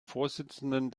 vorsitzenden